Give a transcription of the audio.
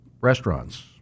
restaurants